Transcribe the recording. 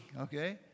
okay